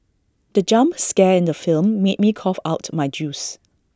the jump scare in the film made me cough out my juice